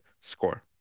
score